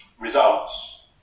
results